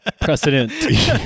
Precedent